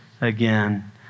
again